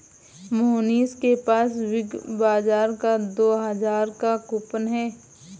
मोहनीश के पास Big Bazaar का दो हजार का कूपन है